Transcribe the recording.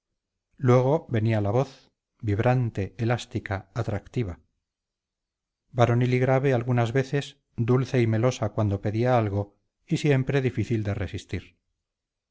luego venía la voz vibrante elástica atractiva varonil y grave algunas veces dulce y melosa cuando pedía algo y siempre difícil de resistir